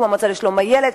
כמו המועצה לשלום הילד,